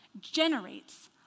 generates